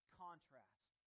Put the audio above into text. contrast